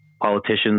politicians